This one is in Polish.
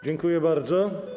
Dziękuję bardzo.